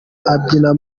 abyina